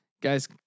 guys